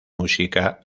música